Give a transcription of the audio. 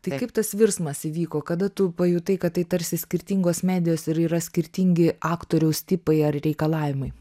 tai kaip tas virsmas įvyko kada tu pajutai kad tai tarsi skirtingos medijos ir yra skirtingi aktoriaus tipai ar reikalavimai